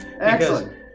Excellent